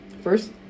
first